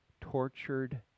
Tortured